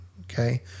okay